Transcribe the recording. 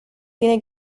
tiene